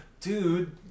Dude